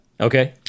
Okay